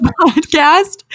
podcast